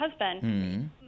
husband